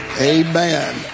Amen